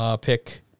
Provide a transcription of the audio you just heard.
pick